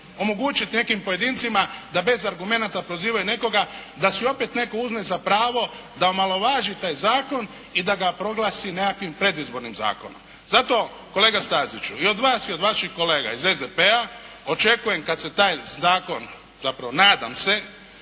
omogućiti nekim pojedincima da bez argumenata prozivaju nekoga da si opet netko uzme za pravo da omalovaži taj zakon i da ga proglasi nekakvim predizbornim zakonom. Zato, kolega Staziću, i od vas i od vaših kolega iz SDP-a, očekujem kada se taj zakon, zapravo nadam se,